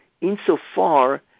insofar